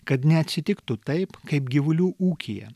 kad neatsitiktų taip kaip gyvulių ūkyje